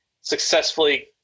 successfully